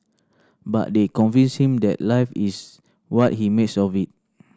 but they convinced him that life is what he makes of it